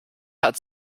hat